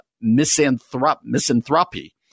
misanthropy